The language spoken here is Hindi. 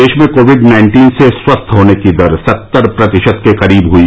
देश में कोविड नाइन्टीन से स्वस्थ होने की दर सत्तर प्रतिशत के करीब हुई